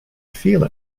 feel